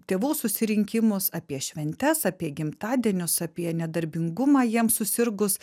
tėvų susirinkimus apie šventes apie gimtadienius apie nedarbingumą jiem susirgus